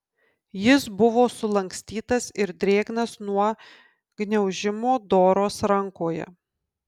jis buvo sulankstytas ir drėgnas nuo gniaužimo doros rankoje